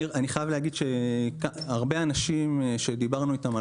אני חייב לומר שהרבה אנשים שדיברנו איתם על